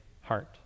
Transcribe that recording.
heart